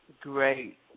Great